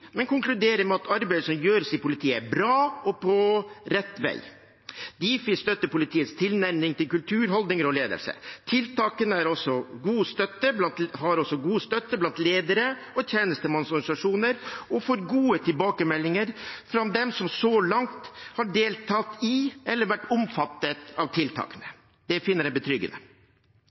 men konkluderer med at arbeidet som gjøres i politiet, er bra og på rett vei. Difi støtter politiets tilnærming til kultur, holdninger og ledelse. Tiltakene har også god støtte blant ledere og tjenestemannsorganisasjoner og får gode tilbakemeldinger fra dem som så langt har deltatt i eller vært omfattet av tiltak. Det finner jeg betryggende.